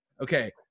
okay